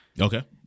Okay